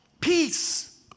peace